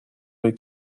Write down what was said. või